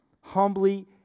humbly